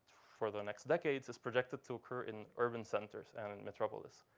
for the next decades is projected to occur in urban centers and in metropolis.